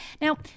Now